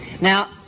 Now